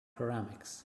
ceramics